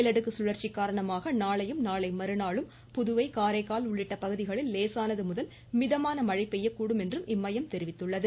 மேலடுக்கு சுழற்சி காரணமாக நாளையும் நாளைமறுநாளும் புதுவை உள்ளிட்ட பகுதிகளில் லேசானது முதல் மிதமான காரைக்கால் மழை பெய்யக்கூடும் என்றும் இம்மையம் தெரிவித்துள்ளது